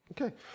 okay